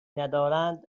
ندارند